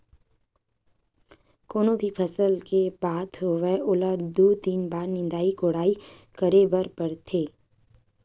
कोनो भी फसल के बात होवय ओला दू, तीन बार निंदई कोड़ई करे बर परथे